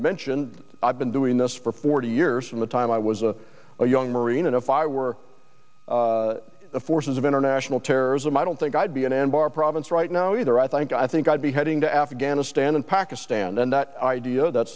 mentioned i've been doing this for forty years from the time i was a young marine and if i were the forces of international terrorism i don't think i'd be in anbar province right now either i think i think i'd be heading to afghanistan and pakistan then that idea that